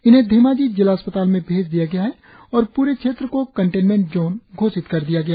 इन्हें धेमाजी जिला अस्पताल में भैज दिया गया है और पूरे क्षेत्र को कंटेनमेंट जोन घोषित कर दिया गया है